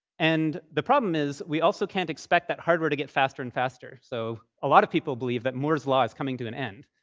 and the problem is we also can't expect that hardware to get faster and faster. so a lot of believe that moore's law is coming to an end,